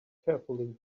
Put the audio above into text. carefully